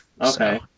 Okay